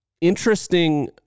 interesting